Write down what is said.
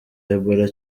ebola